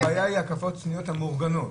אז הבעיה היא ההקפות השניות המאורגנות.